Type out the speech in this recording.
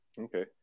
Okay